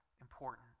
important